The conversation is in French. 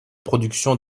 productions